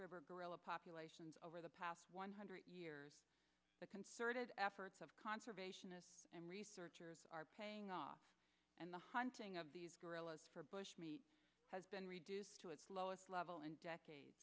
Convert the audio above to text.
river gorilla populations over the past one hundred years the concerted efforts of conservationists and researchers are paying off and the hunting of these gorillas for bushmeat has been reduced to its lowest level in decades